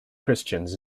christians